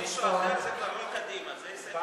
כשמישהו אחר זה כבר לא קדימה, זה עסק אחר.